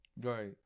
right